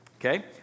Okay